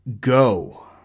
Go